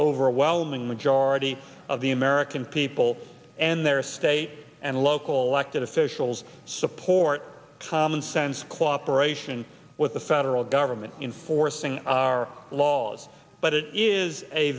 overwhelming majority of the american people and their state and local elected officials support commonsense cooperation with the federal government in forcing our laws but it is a